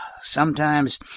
Sometimes